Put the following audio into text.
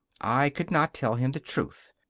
i could not tell him the truth.